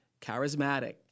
charismatic